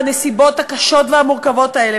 בנסיבות הקשות והמורכבות האלה,